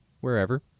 wherever